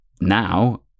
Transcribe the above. now